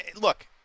look